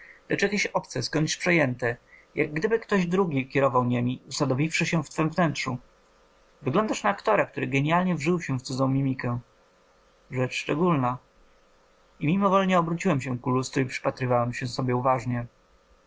lecz jakieś obce skądś przejęte jak gdyby ktoś drugi kierował niemi usadowiwszy się w twem wnętrzu wyglądasz na aktora który genialnie wżył się w cudzą mimikę rzecz szczególna i mimowolnie obróciłem się ku lustru i przypatrywałem się sobie uważnie